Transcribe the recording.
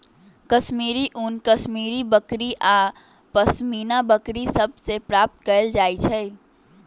कश्मीरी ऊन कश्मीरी बकरि आऽ पशमीना बकरि सभ से प्राप्त कएल जाइ छइ